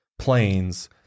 planes